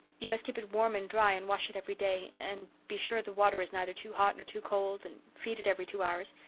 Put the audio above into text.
you must keep it warm and dry and wash it every day, and be sure the water is neither too hot nor too cold, and feed it every two hours.